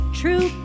true